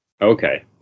Okay